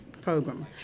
program